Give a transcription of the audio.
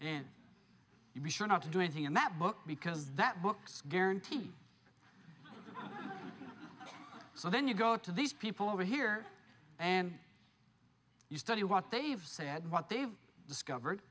and be sure not to do anything in that book because that book's guarantee so then you go to these people over here and you study what they've said what they've discovered